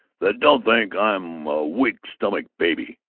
that don't think i'm a weak-stomached baby!